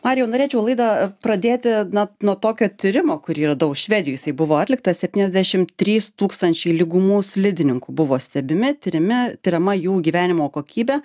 marijau norėčiau laidą pradėti na nuo tokio tyrimo kurį radau švedijoj jisai buvo atliktas septyniasdešimt trys tūkstančiai lygumų slidininkų buvo stebimi tiriami tiriama jų gyvenimo kokybė